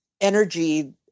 energy